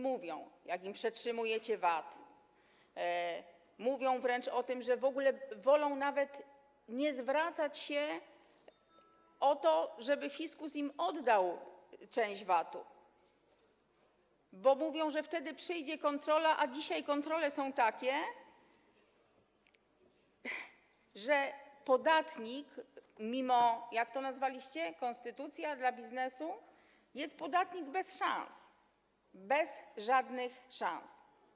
Mówią, jak im przetrzymujecie VAT, mówią wręcz o tym, że w ogóle wolą nawet nie zwracać się o to, żeby fiskus oddał im część VAT-u, bo wtedy przyjdzie kontrola, a dzisiaj kontrole są takie, że podatnik, mimo tego, że jest, jak to nazwaliście, konstytucja dla biznesu, jest bez szans, bez żadnych szans.